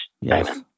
Yes